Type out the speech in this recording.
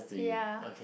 ya